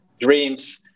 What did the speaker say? dreams